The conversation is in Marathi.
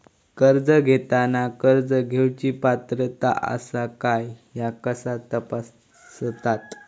कर्ज घेताना कर्ज घेवची पात्रता आसा काय ह्या कसा तपासतात?